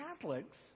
Catholics